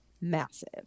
massive